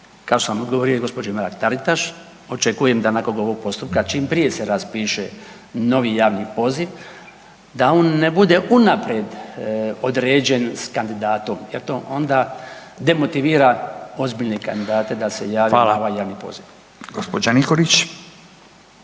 što sam odgovorio i gđi. Mrak-Taritaš, očekujem da nakon ovog postupka čim prije se raspiše novi javni poziv, da on ne bude unaprijed određen s kandidatom jer to onda demotivira ozbiljne kandidate da se jave na ovaj javni poziv. **Radin, Furio